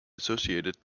associated